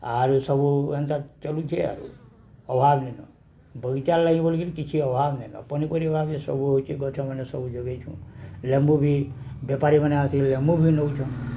ଆରୁ ସବୁ ଏନ୍ତା ଚାଲୁଛେ ଆରୁ ଅଭାବ ନାଇଁନ ବଗିଚାର ଲାଗି ବୋଳିକିରି କିଛି ଅଭାବ ନାଇଁନ ପନିପରିବା ଭାବରେ ସବୁ ହେଉଛି ଗଛମାନେ ସବୁ ଯୋଗେଇଛୁଁ ଲେମ୍ବୁ ବି ବେପାରୀମାନେ ଆସିକି ଲେମ୍ବୁ ବି ନଉଛନ୍